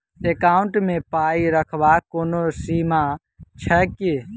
Account मे पाई रखबाक कोनो सीमा छैक की?